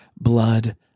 blood